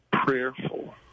prayerful